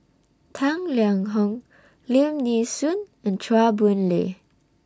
Tang Liang Hong Lim Nee Soon and Chua Boon Lay